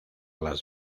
las